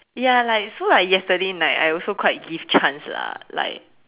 ya like so like yesterday night I also quite give chance lah like